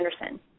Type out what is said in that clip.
Anderson